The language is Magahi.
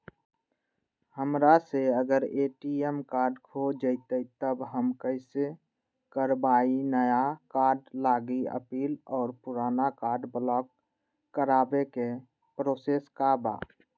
हमरा से अगर ए.टी.एम कार्ड खो जतई तब हम कईसे करवाई नया कार्ड लागी अपील और पुराना कार्ड ब्लॉक करावे के प्रोसेस का बा?